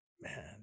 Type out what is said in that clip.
man